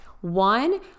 one